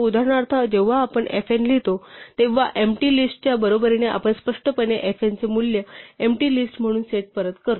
उदाहरणार्थ जेव्हा आपण fn लिहितो तेव्हा एम्पटी लिस्ट च्या बरोबरीने आपण स्पष्टपणे fn चे मूल्य एम्पटी लिस्ट म्हणून सेट करत असतो